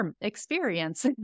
experience